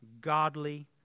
godly